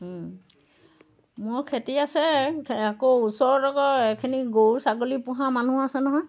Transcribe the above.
মোৰ খেতি আছে আকৌ ওচৰত আকৌ এখিনি গৰু ছাগলী পোহা মানুহো আছে নহয়